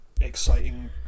exciting